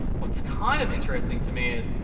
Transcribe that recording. what's kind of interesting to me is,